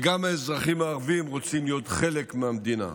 וגם האזרחים הערבים רוצים להיות חלק מהמדינה.